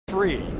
Three